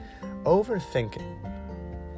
Overthinking